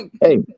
Hey